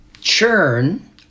churn